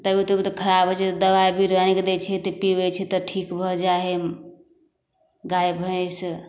तबियत उबियत खराब होइ छै तऽ दवाइ बिर्रो आनिकऽ दै छिए तऽ पिआबै छिए तऽ ठीक भऽ जाए हइ गाय भैँस